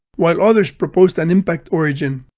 while others proposed an impact origin.